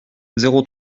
zéro